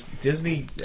Disney